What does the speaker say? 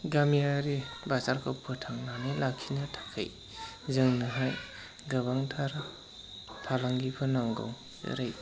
गामियारि बाजारखौ फोथांनानै लाखिनो थाखाय जोंहा गोबांथार फालांगिफोर नांगौ जेरै